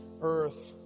earth